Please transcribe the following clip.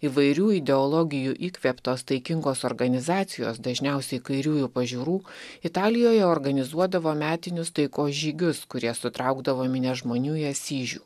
įvairių ideologijų įkvėptos taikingos organizacijos dažniausiai kairiųjų pažiūrų italijoje organizuodavo metinius taikos žygius kurie sutraukdavo minias žmonių į asyžių